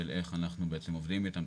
של איך אנחנו בעצם עובדים איתם.